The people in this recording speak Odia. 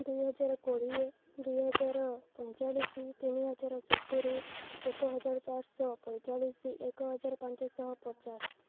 ଦୁଇହଜାର କୋଡ଼ିଏ ଦୁଇହଜାର ପଇଁଚାଳିଶ ତିନିହଜାର ସତୁୁରି ଏକ ହଜାର ଚାରିଶହ ପଇଁଚାଳିଶ ଏକ ହଜାର ପାଞ୍ଚଶହ ପଚାଶ